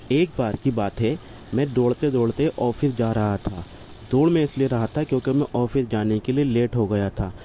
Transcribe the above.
ایک بار کی بات ہے میں ڈوڑتے دوڑتے آفس جا رہا تھا دوڑ میں اس لیے رہا تھا کیوںکہ میں آفس جانے کے لیے لیٹ ہو گیا تھا